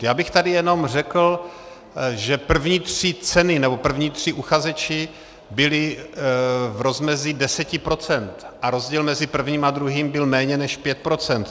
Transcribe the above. Já bych tady jenom řekl, že první tři ceny, nebo první tři uchazeči byli v rozmezí deseti procent a rozdíl mezi prvním a druhým byl méně než pět procent.